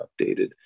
updated